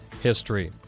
history